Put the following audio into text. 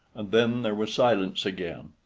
and then there was silence again.